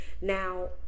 now